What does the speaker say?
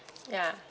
ya